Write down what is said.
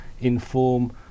inform